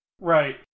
Right